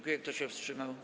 Kto się wstrzymał?